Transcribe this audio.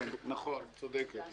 נכון, את צודקת.